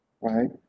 right